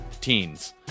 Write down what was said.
teens